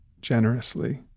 generously